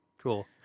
cool